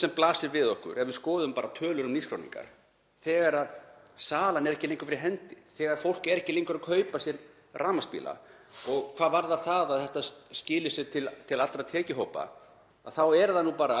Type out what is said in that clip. sem blasir við okkur ef við skoðum bara tölur um nýskráningar; þegar salan er ekki lengur fyrir hendi, þegar fólk er ekki lengur að kaupa sér rafmagnsbíla? Hvað varðar það að þetta skili sér til allra tekjuhópa þá er það nú bara